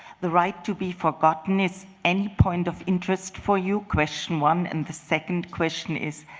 the right to be forgotten, is any point of interest for you? question one. and the second question is,